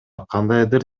кандайдыр